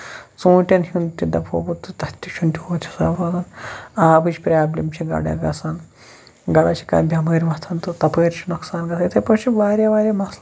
ژوٗٹین ہُند تہِ بہٕ دَپہٕ ہوو بہٕ تہٕ تَتھ تہِ چھُ نہٕ تیوٗت حِساب روزان آبٕچ بروبلِم چھےٚ گوڈٕے گژھان گڑا چھ کانہہ بیمٲرۍ وۄتھان تہٕ تَپٲرۍ چھ نۄقصان گژھان ٖیِتھٕے پٲٹھۍ چھُ واریاہ واریاہ مَسلہٕ